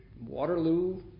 Waterloo